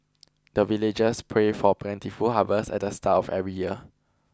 the villagers pray for plentiful harvest at the start of every year